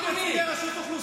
מה עם רשות אוכלוסין?